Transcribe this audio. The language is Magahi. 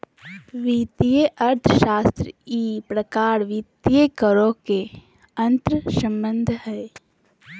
वित्तीय अर्थशास्त्र ई प्रकार वित्तीय करों के अंतर्संबंध हइ